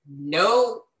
no